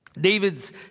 David's